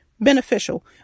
beneficial